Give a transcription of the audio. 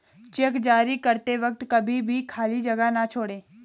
check जारी करते वक्त कभी भी खाली जगह न छोड़ें